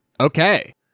Okay